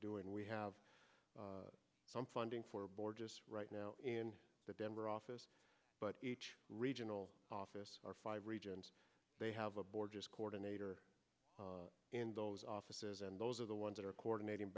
doing we have some funding for boards right now in the denver office but each regional office or five regions they have a board just coordinate or in those offices and those are the ones that are coordinating